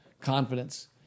Confidence